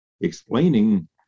explaining